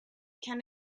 can